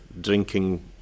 drinking